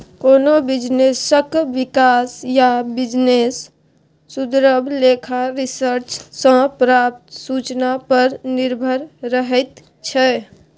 कोनो बिजनेसक बिकास या बिजनेस सुधरब लेखा रिसर्च सँ प्राप्त सुचना पर निर्भर रहैत छै